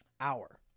hour